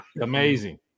Amazing